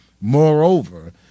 Moreover